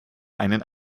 einen